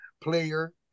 player